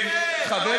שיקרה.